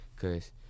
Cause